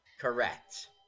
Correct